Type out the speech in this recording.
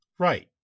Right